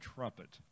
Trumpet